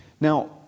Now